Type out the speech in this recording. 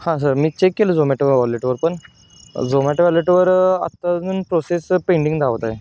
हां सर मी चेक केलं झोमॅटो वॉलेटवर पण झोमॅटो वॉलेटवर आत्ता अजून प्रोसेस पेंडिंग दाखवत आहे